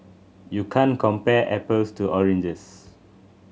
you can't compare apples to oranges